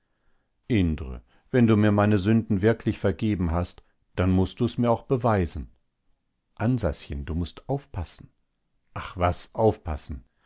indre wenn du mir meine sünden wirklich vergeben hast dann mußt du's mir auch beweisen ansaschen du mußt aufpassen ach was aufpassen